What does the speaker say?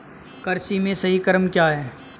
कृषि में सही क्रम क्या है?